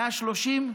130?